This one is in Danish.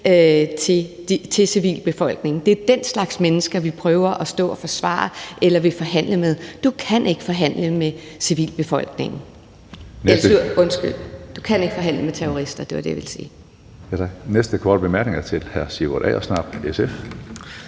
til civilbefolkningen. Det er den slags mennesker, vi prøver at stå og forsvare eller vil forhandle med. Du kan ikke forhandle med terrorister. Kl. 09:52 Tredje næstformand (Karsten Hønge): Tak. Næste korte bemærkning er til hr. Sigurd Agersnap, SF.